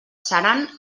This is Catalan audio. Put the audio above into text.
seran